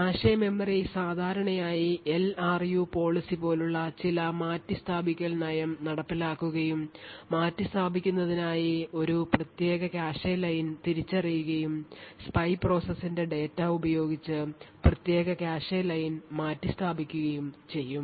cache memory സാധാരണയായി LRU policy പോലുള്ള ചില മാറ്റിസ്ഥാപിക്കൽ നയം നടപ്പിലാക്കുകയും മാറ്റിസ്ഥാപിക്കുന്നതിനായി ഒരു പ്രത്യേക കാഷെ ലൈൻ തിരിച്ചറിയുകയും spy process ന്റെ ഡാറ്റ ഉപയോഗിച്ച് പ്രത്യേക കാഷെ ലൈൻ മാറ്റിസ്ഥാപിക്കുകയും ചെയ്യും